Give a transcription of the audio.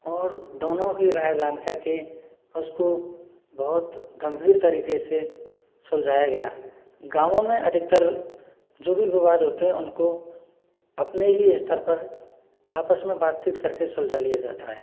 और दोनों के राय जान करके उसको बहुत गंभीर तरीके से सुलझाया गया गाँवों में अधिकतर जो भी विवाद होते हैं उनको अपने ही स्तर पर आपस में बातचीत करके सुलझा लिया जाता है